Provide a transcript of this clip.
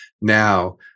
now